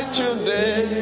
today